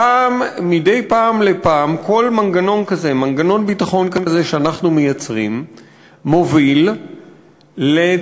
שמדי פעם בפעם כל מנגנון ביטחון כזה שאנחנו מייצרים מוביל לצמצום